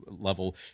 level